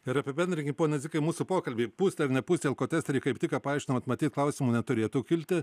ir apibendrinkim pone dzikai mūsų pokalbį pūsti ar nepūsti į alkotesterį kaip tik ką paaiškinot matyt klausimų neturėtų kilti